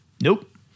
Nope